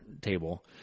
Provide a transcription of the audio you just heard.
table